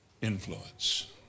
influence